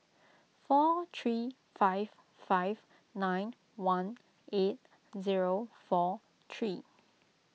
four three five five nine one eight zero four three